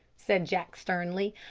said jack sternly.